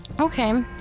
Okay